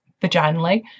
vaginally